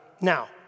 Now